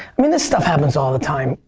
i mean this stuff happens all the time.